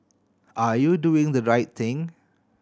are you doing the right thing